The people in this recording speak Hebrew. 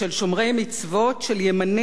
של ימנים ושל שמאלנים,